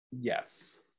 Yes